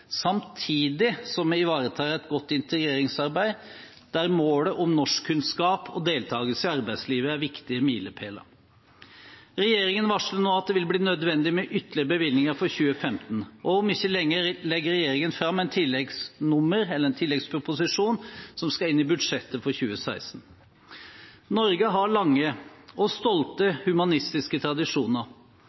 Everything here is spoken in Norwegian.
samtidig som vi ivaretar et godt integreringsarbeid, der målet om norskkunnskap og deltakelse i arbeidslivet er viktige milepæler. Regjeringen varsler nå at det vil bli nødvendig med ytterligere bevilgninger for 2015, og om ikke lenge legger regjeringen fram et tilleggsnummer som skal inn i budsjettet for 2016. Norge har lange og stolte humanistiske tradisjoner.